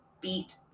beat